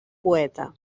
poeta